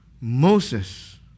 Moses